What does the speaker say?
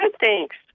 thanks